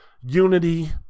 unity